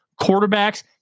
Quarterbacks